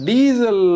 Diesel